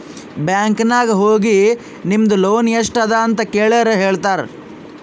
bank ನಾಗ್ ಹೋಗಿ ನಿಮ್ದು ಲೋನ್ ಎಸ್ಟ್ ಅದ ಅಂತ ಕೆಳುರ್ ಹೇಳ್ತಾರಾ